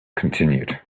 continued